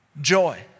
joy